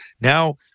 now